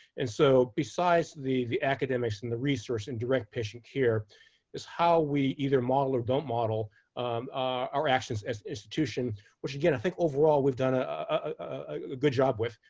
and so besides the academics and the resource and direct patient care is how we either model or don't model our actions as an institution which again, i think overall we've done a good job with.